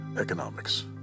Economics